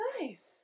nice